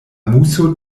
muso